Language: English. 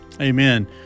Amen